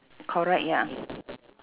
correct ya